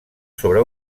sobre